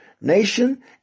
nation